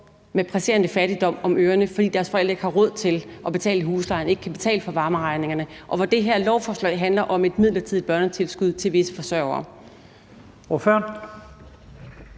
med presserende fattigdom om ørerne, fordi deres forældre ikke har råd til at betale husleje og ikke kan betale varmeregningerne, og hvor det her lovforslag handler om et midlertidigt børnetilskud til visse forsørgere.